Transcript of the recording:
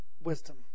wisdom